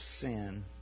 sin